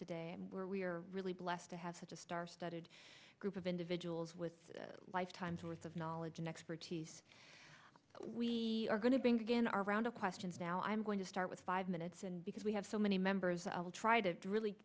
today we are really blessed to have such a star studded group of individuals with lifetime's worth of knowledge and expertise we are going to begin our round of questions now i'm going to start with five minutes and because we have so many members i will try to really